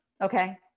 Okay